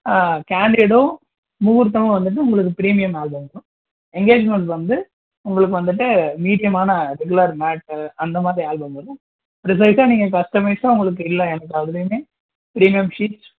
ஆ கேன்டிடும் முகூர்த்தமும் வந்துட்டு உங்களுக்கு ப்ரீமியம் ஆல்பம் வரும் என்கேஜ்மெண்ட் வந்து உங்களுக்கு வந்துட்டு மீடியமான ரெகுலர் மேட்டு அந்த மாதிரி ஆல்பம் வந்து ப்ரீசைஸாக நீங்கள் இப்போ கஸ்டமைஸ்ஸாக உங்களுக்கு இல்லை எனக்கு அதுலேயுமே ப்ரீமியம் சீட்